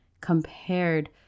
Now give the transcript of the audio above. compared